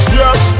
yes